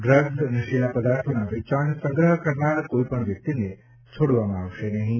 drugs નશીલા પદાર્થોના વેચાણ સંગ્રહ કરનાર કોઇપણ વ્યક્તિને છોડવામાં આવશે નહીં